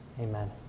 Amen